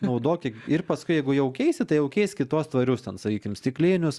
naudoki ir paskui jeigu jau keisi tai jau keisk į tuos tvarius ten sakykim stiklinius